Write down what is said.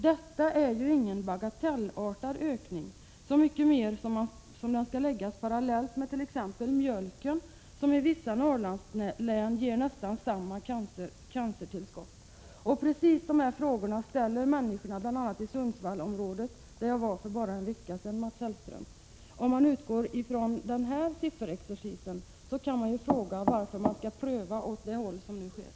Detta är ingen bagatellartad ökning, så mycket mer som den ska läggas parallellt med t.ex. mjölken som i vissa norrlandslän ger nästan samma cancertillskott.” Precis dessa frågor ställer sig människor i bl.a. Sundsvallsområdet, där jag var för bara en vecka sedan, Mats Hellström. Om man utgår ifrån denna sifferexercis kan man fråga sig varför det är så angeläget att pröva på det sätt som nu sker.